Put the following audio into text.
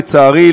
לצערי,